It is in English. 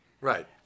Right